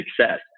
success